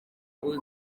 uze